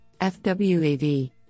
FWAV